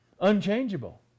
Unchangeable